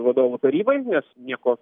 vadovų tarybai nes nieko